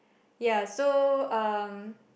ya so um